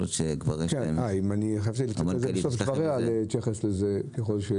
אולי מנכ"לית המשרד תוכל להתייחס לזה.